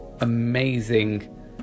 amazing